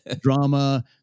drama